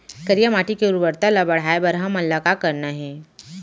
करिया माटी के उर्वरता ला बढ़ाए बर हमन ला का करना हे?